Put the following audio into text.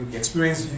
experience